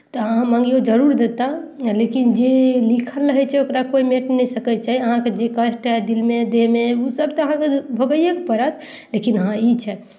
तऽ अहाँ मङ्गियौ जरूर देताह लेकिन जे लिखल होइ छै ओकरा कोइ मिट नहि सकै छै अहाँके जे कष्ट हइ दिलमे देहमे ओसभ तऽ अहाँके भोगैएके पड़त लेकिन हँ ई छै